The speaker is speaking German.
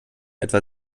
etwa